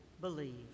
believe